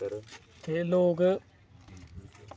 ते लोग